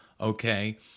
okay